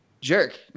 jerk